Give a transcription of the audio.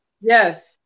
yes